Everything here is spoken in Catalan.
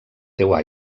teu